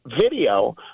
video